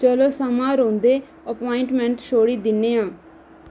चलो समां रौंह्दे अपाइंटमैंट छोड़ी दि'न्ने आं